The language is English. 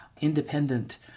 independent